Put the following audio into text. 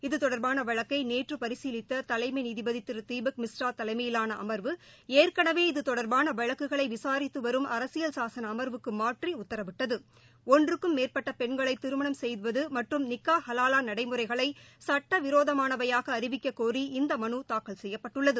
இது தொடர்பான வழக்கை நேற்று பரிசீலித்த தலைமை நீதிபதி தீபக் மிஸ்ரா தலைமையிலான அமர்வு ஏற்கனவே இது தொடர்பாள வழக்குகளை விசாரித்து வரும் அரசியல் சாசன அமர்வுக்கு மாற்றி உத்தரவிட்டது ஒன்றுக்கு மேற்பட்ட பெண்களை திருமணம் செய்வது மற்றும் நிக்கா ஹலாலா நடைமுறைகளை சட்ட விரோதமானவையாக அறிவிக்க கோரி இந்த மனு தாக்கல் செய்யப்பட்டுள்ளது